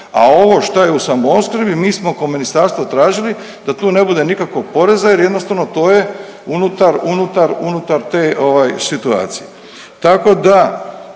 A ovo što je u samoopskrbi mi smo kao ministarstvo tražili da tu ne bude nikakvog poreza jer jednostavno to je unutar, unutar, unutar te ovaj situacije.